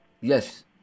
Yes